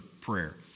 prayer